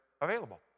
available